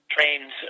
trains